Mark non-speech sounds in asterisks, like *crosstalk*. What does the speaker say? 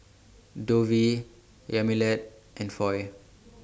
Dovie Yamilet and Foy *noise*